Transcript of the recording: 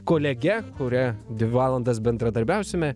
kolege kuria dvi valandas bendradarbiausime